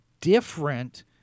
different